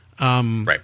Right